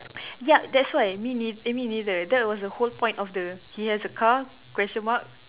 ya that's why me ne~ me neither that was the whole point of the he has a car question mark